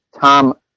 Tom